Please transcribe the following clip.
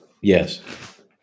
Yes